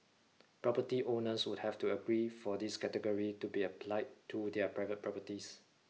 property owners would have to agree for this category to be applied to their private properties